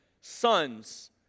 sons